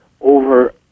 over